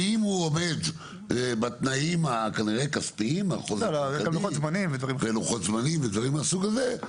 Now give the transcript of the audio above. ואם הוא עומד בתנאים הכנראה כספיים ולוחות זמנים ודברים מן הסוג הזה,